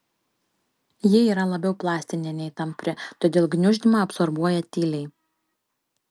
ji yra labiau plastinė nei tampri todėl gniuždymą absorbuoja tyliai